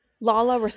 lala